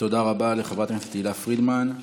תודה רבה לחברת הכנסת תהלה פרידמן.